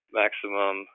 maximum